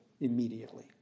immediately